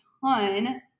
ton